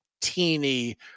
teeny